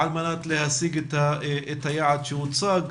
על מנת להשיג את היעד שהוצב.